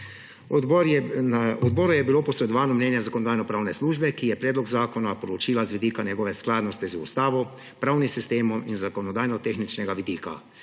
Odboru je bilo posredovano mnenje Zakonodajno-pravne službe, ki je predlog zakona proučila z vidika njegove skladnosti z Ustavo, pravnim sistemom in z zakonodajno-tehničnega vidika.